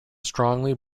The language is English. strongly